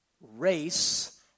race